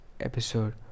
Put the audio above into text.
episode